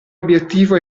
obiettivo